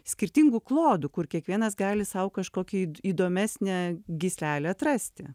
skirtingų klodų kur kiekvienas gali sau kažkokį įdomesnę gyslelę atrasti